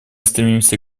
стремимся